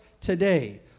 today